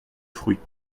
fruits